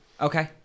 Okay